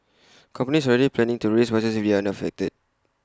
companies are already planning to raise prices if they are affected